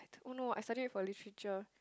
no I study about literature